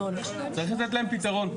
צריך לתת להם פתרון.